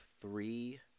three